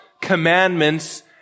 commandments